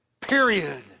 period